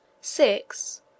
six